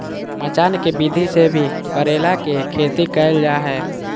मचान के विधि से भी करेला के खेती कैल जा हय